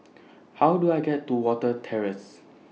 How Do I get to Watten Terrace